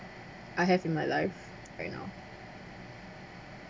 I have in my life right now